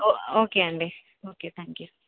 okay అండి okay thank you